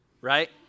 right